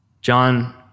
John